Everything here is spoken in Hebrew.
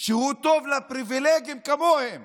שהוא טוב לפריבילגים כמוהם